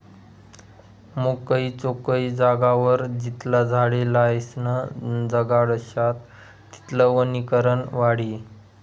मोकयी चोकयी जागावर जितला झाडे लायीसन जगाडश्यात तितलं वनीकरण वाढी